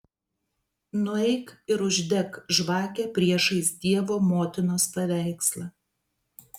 nueik ir uždek žvakę priešais dievo motinos paveikslą